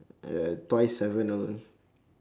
uh twice